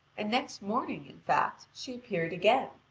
and next morning, in fact, she appeared again,